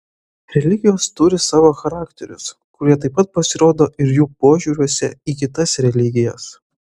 religijos turi savo charakterius kurie taip pat pasirodo ir jų požiūriuose į kitas religijas